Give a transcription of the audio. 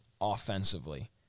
offensively